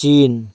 China